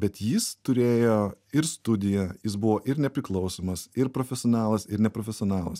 bet jis turėjo ir studiją jis buvo ir nepriklausomas ir profesionalas ir neprofesionalas